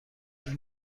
این